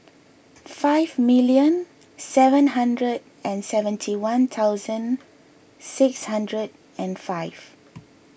five million seven hundred and seventy one thousand six hundred and five